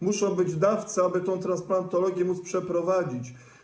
Muszą być dawcy, aby tę transplantację móc przeprowadzić.